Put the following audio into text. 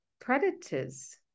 predators